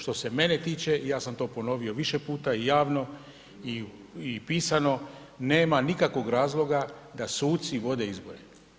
Što se mene tiče, ja sam to ponovio više puta javno i pisano, nema nikakvog razloga da suci vode izbore.